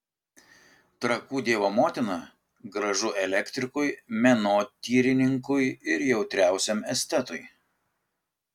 trakų dievo motina gražu elektrikui menotyrininkui ir jautriausiam estetui